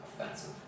offensive